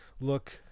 look